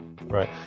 Right